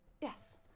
yes